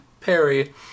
Perry